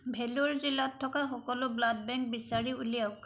ভেলোৰ জিলাত থকা সকলো ব্লাড বেংক বিচাৰি উলিয়াওক